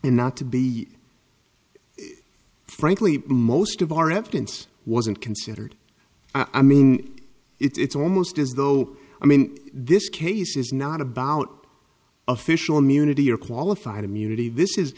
in not to be frankly most of our evidence wasn't considered i mean it's almost as though i mean this case is not about official immunity or qualified immunity this is